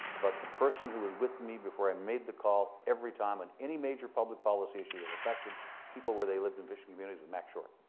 but the person who was with me before i made the call every time on any major public policy issue that affected people where they lived in fishing communities was max short.